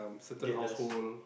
get less